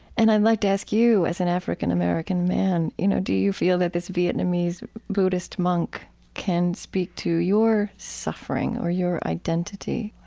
and i'd like to ask you, as an african-american man, you know do you feel that this vietnamese buddhist monk can speak to your suffering or your identity?